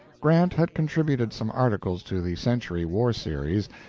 grant had contributed some articles to the century war series,